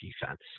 defense